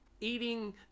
eating